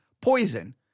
poison